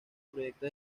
proyecto